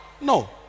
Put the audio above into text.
No